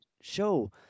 show